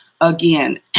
again